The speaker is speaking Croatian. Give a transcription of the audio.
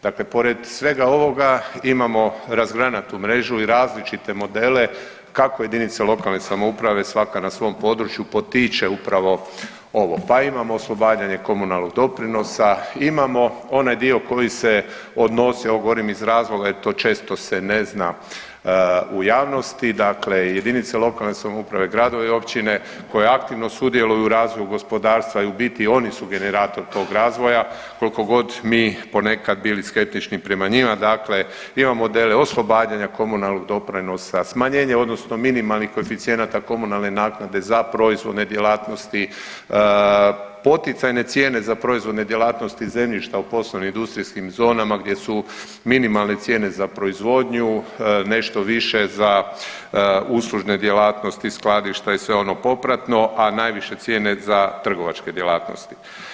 Dakle, pored svega ovoga imamo razgranatu mrežu i različite modele kako JLS svaka na svom području potiče upravo ovo, pa imamo oslobađanje komunalnog doprinosa, imamo onaj dio koji se odnosi, ovo govorim iz razloga jer to često se ne zna u javnosti dakle JLS, gradovi i općine koji aktivno sudjeluju u razvoju gospodarstva i u biti oni su generator tog razvoja kolko god mi ponekad bili skeptični prema njima, dakle imamo modele oslobađanja komunalnog doprinosa, smanjenje odnosno minimalnih koeficijenata komunalne naknade za proizvodne djelatnosti, poticajne cijene za proizvodne djelatnosti zemljišta u postindustrijskim zonama gdje su minimalne cijene za proizvodnju, nešto više za uslužne djelatnosti, skladišta i sve ono popratno, a najviše cijene za trgovačke djelatnosti.